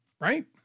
right